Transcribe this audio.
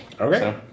Okay